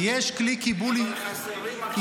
יש כלי קיבול היסטורי.